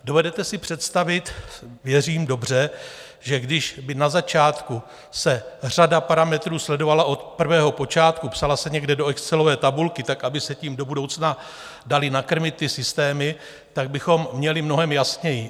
Dovedete si představit věřím, dobře, že kdyby se na začátku řada parametrů sledovala od prvého počátku, psala se někde do excelové tabulky, aby se tím do budoucna daly nakrmit ty systémy, tak bychom měli mnohem jasněji.